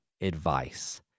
advice